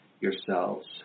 yourselves